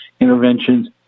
interventions